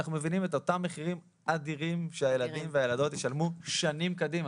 אנחנו מבינים את אותם מחירים אדירים שהילדים והילדות ישלמו שנים קדימה.